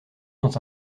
dans